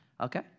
okay